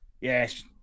Yes